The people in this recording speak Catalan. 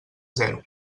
zero